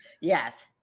Yes